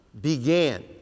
began